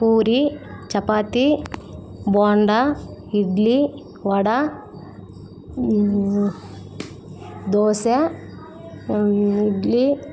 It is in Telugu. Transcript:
పూరి చపాతి బోండా ఇడ్లీ వడ దోశ ఇడ్లీ